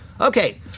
Okay